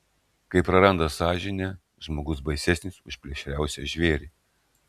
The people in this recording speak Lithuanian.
kai praranda sąžinę žmogus baisesnis už plėšriausią žvėrį